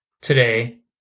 Today